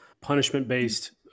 punishment-based